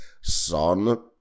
son